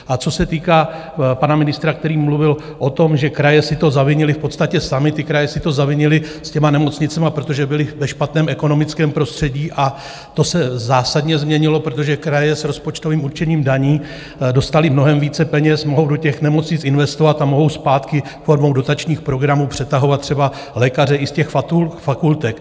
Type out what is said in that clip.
A co se týká pana ministra, který mluvil o tom, že kraje si to zavinily v podstatě samy ty kraje si to zavinily s těmi nemocnicemi, protože byly ve špatném ekonomickém prostředí, a to se zásadně změnilo, protože kraje s rozpočtovým určením daní dostaly mnohem více peněz, mohou do nemocnic investovat a mohou zpátky formou dotačních programů přetahovat třeba lékaře i z těch fakultek.